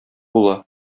була